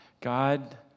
God